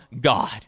God